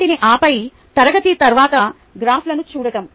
వాటిని ఆపై తరగతి తర్వాత గ్రాఫ్లను చూడటం